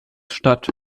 statt